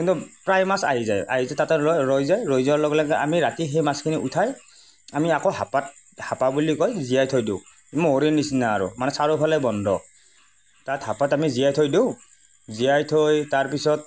কিন্তু প্ৰায় মাছ আহি যায় আহি যায় তাতে ৰয় ৰৈ যায় ৰৈ যোৱাৰ লগে লগে আমি ৰাতি সেই মাছখিনি উঠাই আমি আকৌ হাপাত হাপা বুলি কয় জীয়াই থৈ দিওঁ মহৰী নিচিনা আৰু মানে চাৰিওফালে বন্ধ তাত হাপাত আমি জীয়াই থৈ দিওঁ জীয়াই থৈ তাৰ পিছত